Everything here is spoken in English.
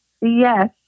Yes